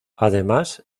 además